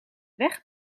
weg